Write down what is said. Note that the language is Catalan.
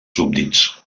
súbdits